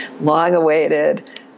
long-awaited